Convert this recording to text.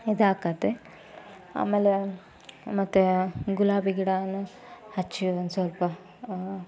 ಇದಾಗುತ್ತೆ ಆಮೇಲೆ ಮತ್ತೆ ಗುಲಾಬಿ ಗಿಡವೂ ಹಚ್ಚು ಒಂದು ಸ್ವಲ್ಪ